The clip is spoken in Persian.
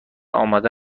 آماده